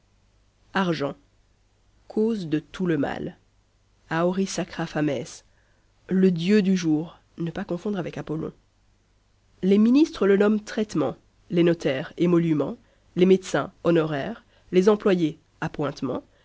argent cause de tout le mal auri sacra fames le dieu du jour ne pas confondre avec apollon les ministres le nomment traitement les notaires émoluments les médecins honoraires les employés appointements